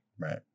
Right